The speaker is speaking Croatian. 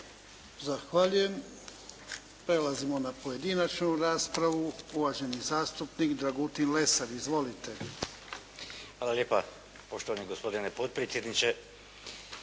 Zahvaljujem. Prelazimo na pojedinačnu raspravu. Uvaženi zastupnik Dragutin Lesar. Izvolite. **Lesar, Dragutin (Nezavisni)** Hvala lijepa, poštovani gospodine potpredsjedniče.